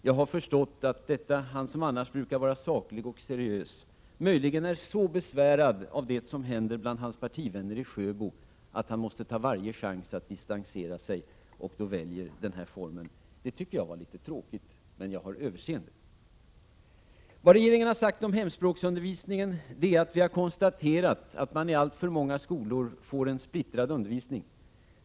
Jag har förstått att han, som annars brukar vara saklig och seriös, möjligen är så besvärad av det som händer bland hans partivänner i Sjöbo att han måste ta varje chans att distansera sig och därför väljer den här formen. Jag tycker att detta är litet tråkigt, men jag har överseende. Vad regeringen har sagt om hemspråksundervisningen är att vi har konstaterat att man i alltför många skolor får en splittrad undervisning.